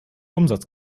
umsatz